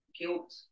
guilt